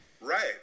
Right